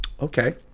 Okay